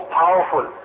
powerful